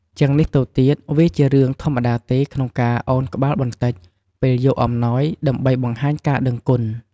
ជាងនេះទៅទៀត វាជារឿងធម្មតាទេក្នុងការឱនក្បាលបន្តិចពេលយកអំណោយដើម្បីបង្ហាញការដឹងគុណ។